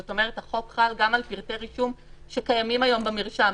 זאת אומרת החוק חל גם על פרטי רישום שקיימים היום במרשם,